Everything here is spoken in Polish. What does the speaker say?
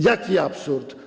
Jaki absurd?